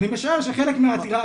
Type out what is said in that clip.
אני משער שחלק מהעתירה,